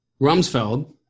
Rumsfeld